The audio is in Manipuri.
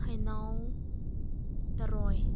ꯍꯩꯅꯧ ꯊꯔꯣꯏ